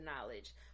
knowledge